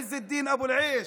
עז אל-דין אבו אל-עיש,